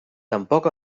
tampoc